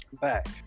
Back